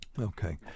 Okay